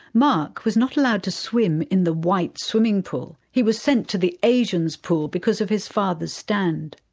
mark was not allowed to swim in the whites' swimming pool, he was sent to the asians' pool because of his father's stand.